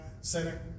center